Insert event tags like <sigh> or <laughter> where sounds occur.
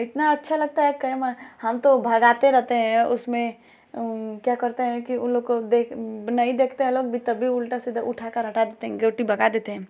इतना अच्छा लगता है <unintelligible> मन हम तो भगाते रहते हैं उसमें क्या करते हैं कि उन लोग को देख नहीं देखते हैं लोग भी तब भी उल्टा सीधा उठाकर हटा देंगे गोटी भगा देते हैं हम